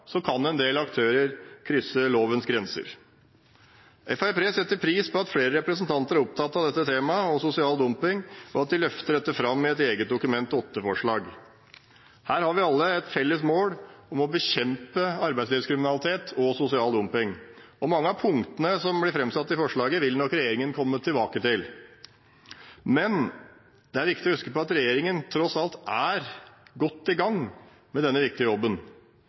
kan føre til at en del aktører krysser lovens grenser. Fremskrittspartiet setter pris på at flere representanter er opptatt av temaet sosial dumping, og at de løfter dette fram i et eget Dokument 8-forslag. Vi har alle et felles mål om å bekjempe arbeidslivskriminalitet og sosial dumping. Mange av punktene som blir framsatt i forslaget, vil nok regjeringen komme tilbake til. Men det er viktig å huske på at regjeringen tross alt er godt i gang med denne viktige jobben.